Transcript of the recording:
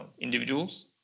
individuals